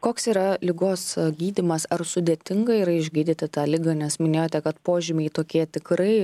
koks yra ligos gydymas ar sudėtinga yra išgydyti tą ligą nes minėjote kad požymiai tokie tikrai